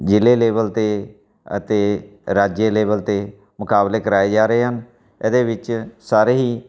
ਜ਼ਿਲ੍ਹੇ ਲੇਵਲ 'ਤੇ ਅਤੇ ਰਾਜ ਲੇਵਲ 'ਤੇ ਮੁਕਾਬਲੇ ਕਰਾਏ ਜਾ ਰਹੇ ਹਨ ਇਹਦੇ ਵਿੱਚ ਸਾਰੇ ਹੀ